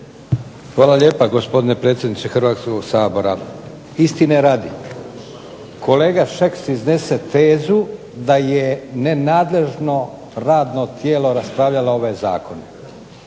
Hvala lijepa gospodine predsjedniče Hrvatskog sabora. Istine radi, kolega Šeks iznese tezu da je nenadležno radno tijelo raspravljalo ovaj zakon.